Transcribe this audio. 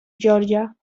georgia